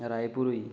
रायपुर होई